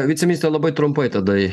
viceministre labai trumpai tada